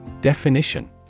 Definition